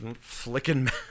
flicking